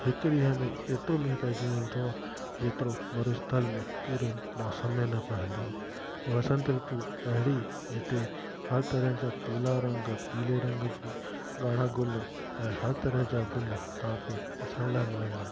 हिकु ॾींहं में एतिरो मींहुं पइजी वेंदो आहे जेतिरो मरुस्थल में पूरे मौसम में न पवंदो आहे वसंत ॠतु अहिड़ी जिते हर तरह जा पीला रंग पीले रंग जी ॻाड़ा गुल ऐं हर तरह जा गुल तव्हांखे ॾिसण लाइ मिलंदा आहिनि